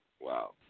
Wow